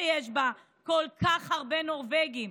שיש בה כל כך הרבה נורבגים,